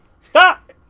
Stop